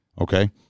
okay